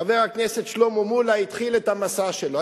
חבר הכנסת שלמה מולה, התחיל את המסע שלו.